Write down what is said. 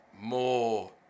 more